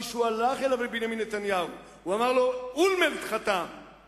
בנימין נתניהו, ב"מקור ראשון", ב-15 ביוני 2007: